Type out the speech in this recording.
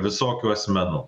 visokių asmenų